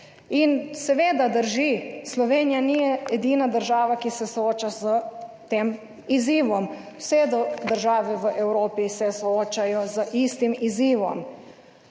Seveda drži: "Slovenija ni edina država, ki se sooča s tem izzivom." - vse države v Evropi se soočajo z istim izzivom.